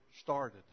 started